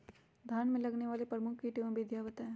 धान में लगने वाले प्रमुख कीट एवं विधियां बताएं?